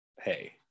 hey